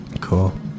Cool